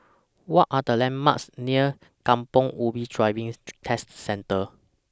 What Are The landmarks near Kampong Ubi Driving Test Centre